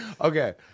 Okay